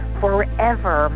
forever